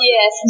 Yes